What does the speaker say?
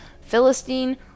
Philistine